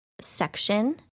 section